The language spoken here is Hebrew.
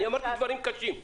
אמרתי דברים קשים.